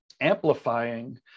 amplifying